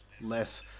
less